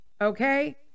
okay